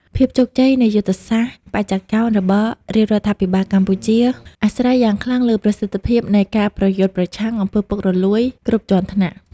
ភាពជោគជ័យនៃយុទ្ធសាស្ត្របញ្ចកោណរបស់រាជរដ្ឋាភិបាលកម្ពុជា អាស្រ័យយ៉ាងខ្លាំងលើប្រសិទ្ធភាពនៃការប្រយុទ្ធប្រឆាំង អំពើពុករលួយ គ្រប់ជាន់ថ្នាក់។